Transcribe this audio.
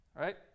right